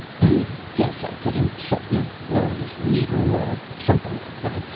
i guess i could insult your glorious leader, or something like that.